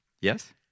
Yes